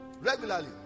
Regularly